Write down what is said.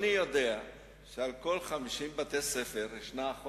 שקורה בעיר הוא בעצם מה שקרה לפני שאתה הגעת.